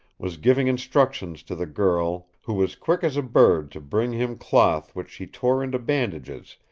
was giving instructions to the girl, who was quick as a bird to bring him cloth which she tore into bandages,